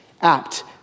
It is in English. apt